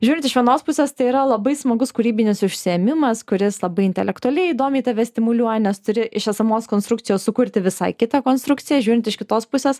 žiūrint iš vienos pusės tai yra labai smagus kūrybinis užsiėmimas kuris labai intelektualiai įdomiai tave stimuliuoja nes turi iš esamos konstrukcijos sukurti visai kitą konstrukciją žiūrint iš kitos pusės